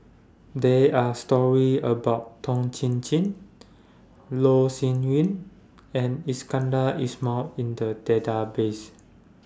They Are stories about Toh Chin Chye Loh Sin Yun and Iskandar Ismail in The Database